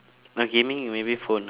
uh gaming maybe phone ah